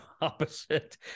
opposite